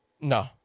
No